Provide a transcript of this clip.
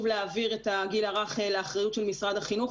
להעביר את הגיל הרך לאחריות של משרד החינוך,